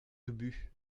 ubu